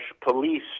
police